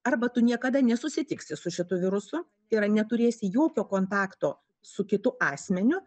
arba tu niekada nesusitiksi su šituo virusu tai yra neturėsi jokio kontakto su kitu asmeniu